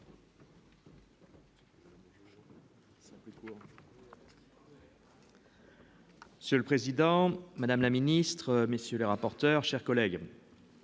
Seul président, madame la ministre, messieurs les rapporteurs, chers collègues,